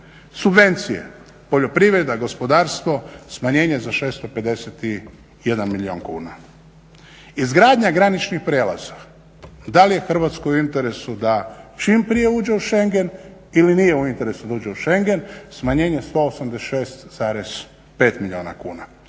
Subvencije, poljoprivreda, gospodarstvo smanjenje za 651 milijun kuna. izgradnja graničnih prijelaza, da li je Hrvatskoj u interesu da čim prije uđe u Šengen ili nije u interesu da uđe u Šengen, smanjenje 186,5 milijuna kuna,